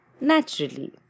Naturally